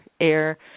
air